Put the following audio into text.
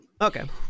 Okay